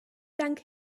dank